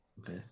Okay